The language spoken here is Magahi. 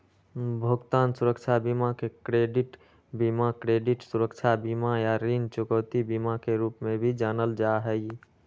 भुगतान सुरक्षा बीमा के क्रेडिट बीमा, क्रेडिट सुरक्षा बीमा, या ऋण चुकौती बीमा के रूप में भी जानल जा हई